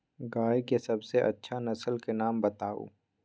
गाय के सबसे अच्छा नसल के नाम बताऊ?